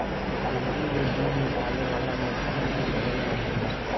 dairy में दूध निकाले वाला मसीन भी लगल रहेला